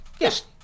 Yes